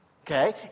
Okay